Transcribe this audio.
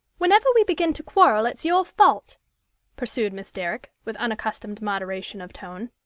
whenever we begin to quarrel it's your fault pursued miss derrick, with unaccustomed moderation of tone.